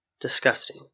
Disgusting